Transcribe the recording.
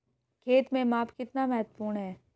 खेत में माप कितना महत्वपूर्ण है?